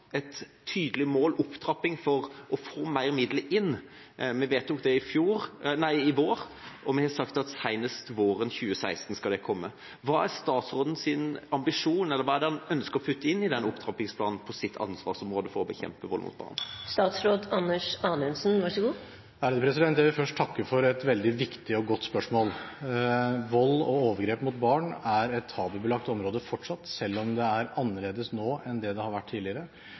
et tydelig mål og en opptrapping – for å få mer midler inn. Vi vedtok det i vår, og vi har sagt at det skal komme senest våren 2016. Hva er statsrådens ambisjon? Hva er det han ønsker å putte inn i den opptrappingsplanen på sitt ansvarsområde for å bekjempe vold mot barn? Jeg vil først takke for et veldig viktig og godt spørsmål. Vold og overgrep mot barn er et tabubelagt område fortsatt, selv om det er annerledes nå enn det det har vært tidligere.